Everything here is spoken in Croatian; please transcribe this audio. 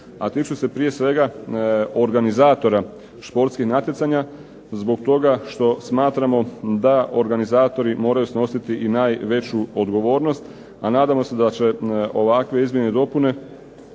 A tiču se prije svega organizatora športskih natjecanja zbog toga što smatramo da organizatori moraju snositi i najveću odgovornost. A nadamo se da će ovakve izmjene i dopune